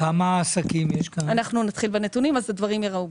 אנחנו נתחיל בנתונים, אז הדברים ייראו.